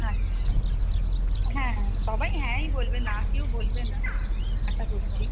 আচ্ছা হ্যাঁ হ্যাঁ সবাই হ্যাঁই বলবে না কেউ বলবে না আশা করছি